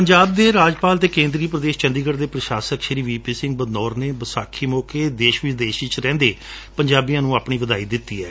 ਪੰਜਾਬ ਦੇ ਰਾਜਪਾਲ ਅਤੇ ਕੇਂਦਰੀ ਪ੍ਰਦੇਸ਼ ਚੰਡੀਗੜ ਦੇ ਪ੍ਰਸ਼ਾਸਕ ਵੀ ਪੀ ਸਿੰਘ ਬਦਨੌਰ ਨੇ ਵਿਸਾਖੀ ਮੌਕੇ ਦੇਸ਼ ਵਿਦੇਸ਼ ਵਿਚ ਰਹਿਦੇ ਪੰਜਾਬੀਆ ਨੂੰ ਵਧਾਈ ਦਿੱਤੀ ਏ